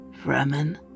Fremen